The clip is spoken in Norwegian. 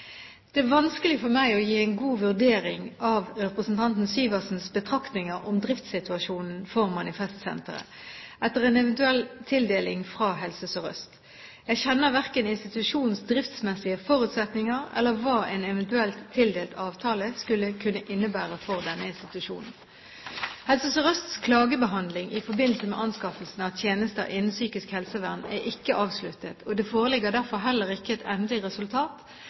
Det er vanskelig for meg å gi en god vurdering av representanten Syversens betraktninger om driftssituasjonen for Manifestsenteret, etter en eventuell tildeling fra Helse Sør-Øst. Jeg kjenner verken institusjonens driftsmessige forutsetninger eller hva en eventuelt tildelt avtale skulle kunne innebære for denne institusjonen. Helse Sør-Østs klagebehandling i forbindelse med anskaffelsen av tjenester innen psykisk helsevern er ikke avsluttet. Det foreligger derfor heller ikke et endelig resultat